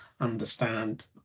understand